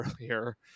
earlier